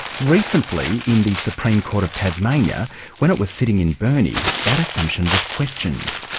recently, in the supreme court of tasmania when it was sitting in burnie, that assumption was questioned.